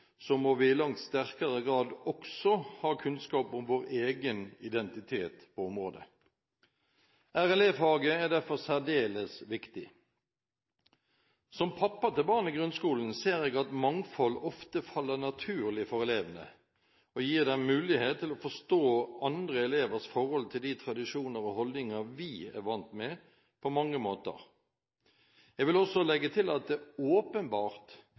må vi i langt sterkere grad også ha kunnskap om vår egen identitet på området. RLE-faget er derfor særdeles viktig. Som pappa til barn i grunnskolen ser jeg at mangfold ofte faller naturlig for elevene og gir dem mulighet til å forstå andre elevers forhold til de tradisjoner og holdninger vi er vant med på mange måter. Jeg vil også legge til at det åpenbart er